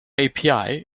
api